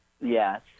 Yes